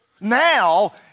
Now